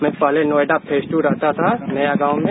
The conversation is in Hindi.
मै पहले नोएडा फोज ट्र रहता था नया गांव में